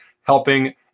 helping